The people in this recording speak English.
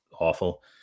awful